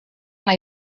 anna